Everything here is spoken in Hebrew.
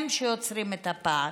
הם שיוצרים את הפער.